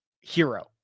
hero